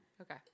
Okay